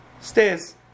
stairs